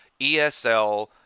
ESL